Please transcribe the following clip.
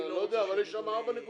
אבל אני לא יודע, יש שם 4.5%,